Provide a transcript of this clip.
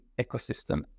ecosystem